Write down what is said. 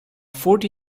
forty